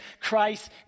Christ